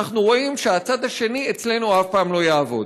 אנחנו רואים שהצד השני אצלנו הוא אף פעם לא יעבוד: